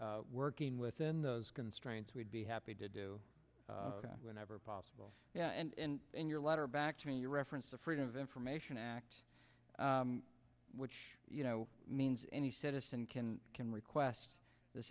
working within those constraints we'd be happy to do whenever possible yeah and in your letter back to your reference to freedom of information act which you know means any citizen can can request this